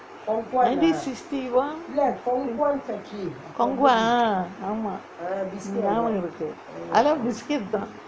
maybe sixty one khong guan ah ஆமா எனக்கு ஞாபகம் இருக்கு எல்லாம்:aama enakku nyabagam irukku ellam biscuit தான்:thaan